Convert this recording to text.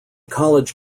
college